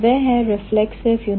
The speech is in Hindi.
वह है reflexive universal